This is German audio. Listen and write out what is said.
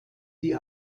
die